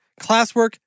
classwork